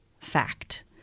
fact